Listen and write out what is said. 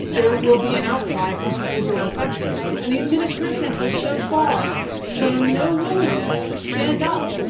there will be an outcry from people who are affected. and the administration has so far shown no willingness to stand up.